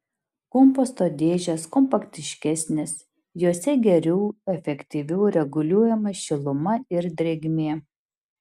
komposto dėžės kompaktiškesnės jose geriau efektyviau reguliuojama šiluma ir drėgmė